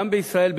גם בישראל,